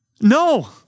No